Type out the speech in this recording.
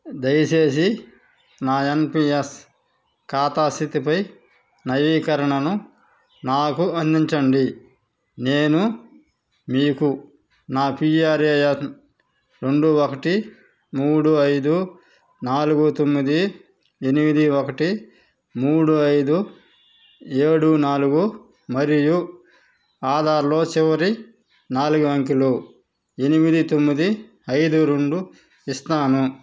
దయచేసి నా N P S ఖాతా స్థితిపై నవీకరణను నాకు అందించండి నేను మీకు నా పిఆర్ఏఎన్ రెండు ఒకటి మూడు ఐదు నాలుగు తొమ్మిది ఎనిమిది ఒకటి మూడు ఐదు ఏడు నాలుగు మరియు ఆధార్లో చివరి నాలుగు అంకెలు ఎనిమిది తొమ్మిది ఐదు రెండు ఇస్తాను